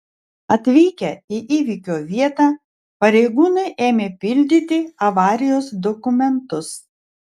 atvykę į įvykio vietą pareigūnai ėmė pildyti avarijos dokumentus